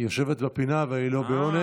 היא יושבת בפינה, אבל היא לא בעונש,